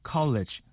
College